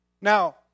Now